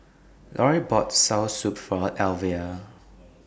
Laurie bought Soursop For Elvia